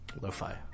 Lo-fi